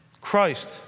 Christ